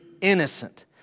innocent